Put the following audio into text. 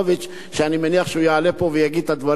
אבל סמוך על השלטון המקומי שהוא לא היה